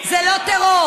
זה לא טרור.